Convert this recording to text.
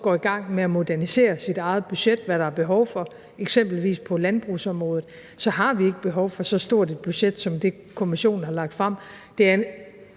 går i gang med at modernisere sit eget budget, hvad der er behov for på eksempelvis landbrugsområdet, ikke har behov for så stort et budget som det, Kommissionen har lagt frem. Det gælder